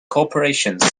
corporations